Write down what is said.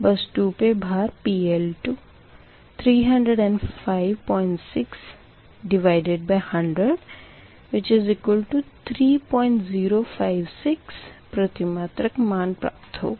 बस 2 पे भार PL2 3056100 3056 प्रतिमात्रक मान प्राप्त होगा